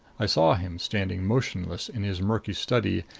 i saw him standing motionless in his murky study,